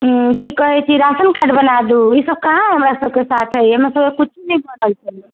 ई की कहै छै राशन कार्ड बनवा दू ई कहाँ हमरा सब के साथ अइ हमरा सब के किछो न बनलै